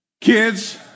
kids